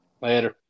Later